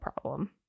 problem